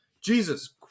Jesus